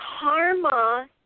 karma